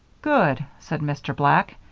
good! said mr. black.